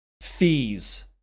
fees